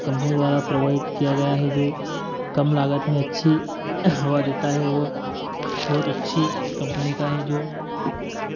company द्वारा provide किया गया है जो कम लागत में अच्छी हवा देता है ओर बहुत अच्छी कम्पनी का है जो